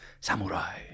samurai